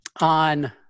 on